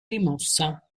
rimossa